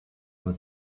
was